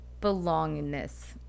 belongingness